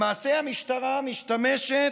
למעשה, המשטרה משתמשת